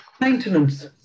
Maintenance